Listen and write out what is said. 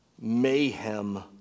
mayhem